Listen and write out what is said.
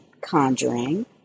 conjuring